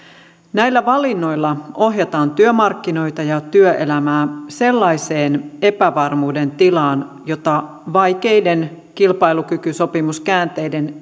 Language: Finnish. näillä valinnoilla ohjataan työmarkkinoita ja työelämää sellaiseen epävarmuuden tilaan jota vaikeiden kilpailukykysopimuskäänteiden